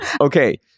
Okay